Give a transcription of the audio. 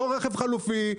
לא רכב חלופי,